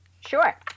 Sure